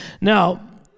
Now